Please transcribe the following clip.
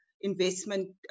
investment